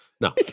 No